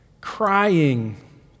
crying